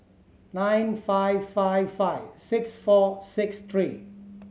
nine five five five six four six three